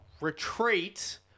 retreat